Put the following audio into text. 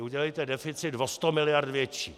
Udělejte deficit o sto miliard větší.